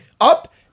Up